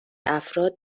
افراد